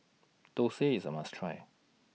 Thosai IS A must Try